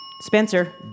Spencer